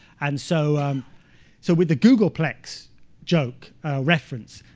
and so um so with the googolplex joke reference,